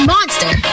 Monster